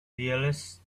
realise